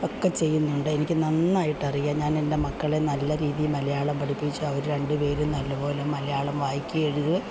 ഒക്കെ ചെയ്യുന്നുണ്ട് എനിക്ക് നന്നായിട്ട് അറിയാം ഞാൻ എന്റെ മക്കളെ നല്ല രീതിയില് മലയാളം പഠിപ്പിച്ച് അവർ രണ്ടുപേരും നല്ലതുപോലെ മലയാളം വായിക്കുകയും എഴുതുവേം